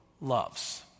loves